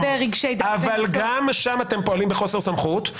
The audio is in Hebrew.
או בפגיעה ברגשי דת --- אבל גם שם את פועלים בחוסר סמכות.